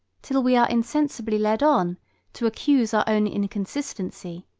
till we are insensibly led on to accuse our own inconsistency,